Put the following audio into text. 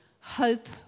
hope